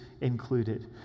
included